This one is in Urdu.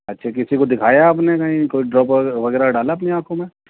اچھا کسی کو دکھایا آپ نے کہیں کوئی ڈراپ وغیرہ ڈالا آپ نے آنکھوں میں